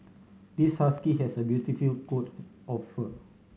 this husky has a beautiful coat of fur